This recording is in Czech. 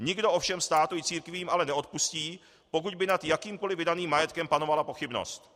Nikdo ovšem státu i církvím ale neodpustí, pokud by nad jakýmkoli vydaným majetkem panovala pochybnost.